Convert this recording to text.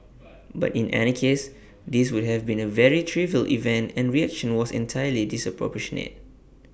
but in any case this would have been A very trivial event and reaction was entirely disproportionate